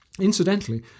Incidentally